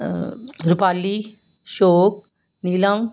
Rupali Ashok Neelam